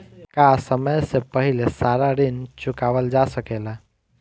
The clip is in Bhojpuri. का समय से पहले सारा ऋण चुकावल जा सकेला?